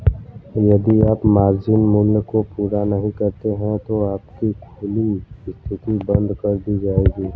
यदि आप मार्जिन मूल्य को पूरा नहीं करते हैं तो आपकी खुली स्थिति बंद कर दी जाएगी